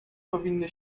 powinny